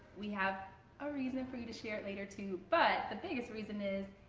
we have a reason for you to share it later too but the biggest reason is,